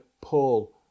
Paul